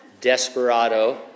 Desperado